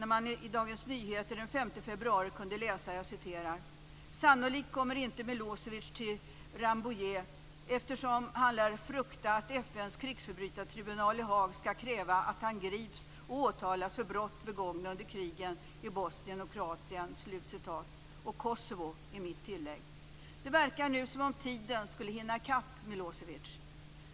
I Dagens Nyheter den 5 februari kunde man läsa: "Sannolikt kommer inte Milosevic till Rambouillet, eftersom han lär frukta att FN:s krigsförbrytartribunal i Haag ska kräva att han grips och åtalas för brott begångna under krigen i Bosnien och Kroatien." Och Kosovo, är mitt tillägg. Det verkar nu som om tiden skulle hinna i kapp Milosevic.